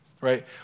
right